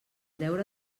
deure